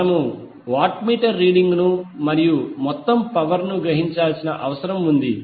మనము watt meter రీడింగులను మరియు మొత్తం పవర్ ని గ్రహించాల్సిన అవసరం ఉంది